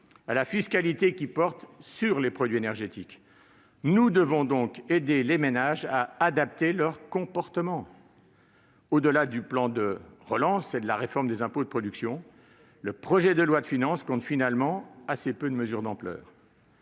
à la fiscalité sur les produits énergétiques. Nous devons donc aider les ménages à adapter leur comportement ! Au-delà du plan de relance et de la réforme des impôts de production, le projet de loi de finances compte finalement assez peu de mesures d'ampleur.